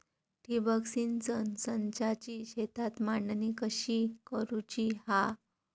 ठिबक सिंचन संचाची शेतात मांडणी कशी करुची हा?